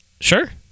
Sure